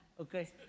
Okay